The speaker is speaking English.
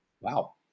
Wow